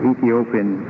Ethiopian